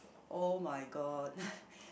oh-my-god